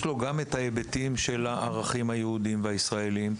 יש גם את ההיבטים של הערכים היהודיים והישראליים,